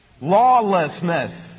lawlessness